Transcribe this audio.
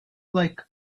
like